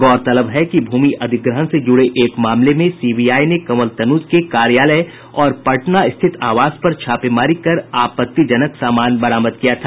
गौरतलब है कि भूमि अधिग्रहण से जूड़े एक मामले में सीबीआई ने कवल तनूज के कार्यालय और पटना स्थित आवास पर छापेमारी कर आपत्तिजनक सामान बरामद किया था